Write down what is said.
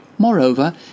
Moreover